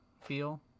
feel